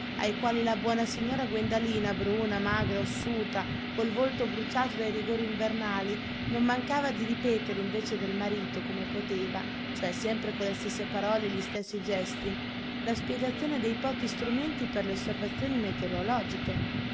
ai quali la buona signora guendalina bruna magra ossuta col volto bruciato dai rigori invernali non mancava di ripetere invece del marito come poteva cioè sempre con le stesse parole e gli stessi gesti la spiegazione dei pochi strumenti per le osservazioni meteorologiche